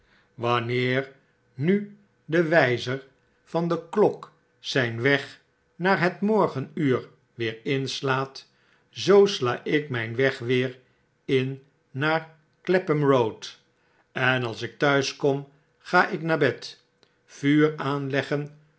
wanneer nu de wjjzer van de klok zp weg naar hetmorgenuur weerinslaat zoo sla ik mp weg weer in naar clapham road en als ik t'huis kom ga ik naar bed vuur aanleggen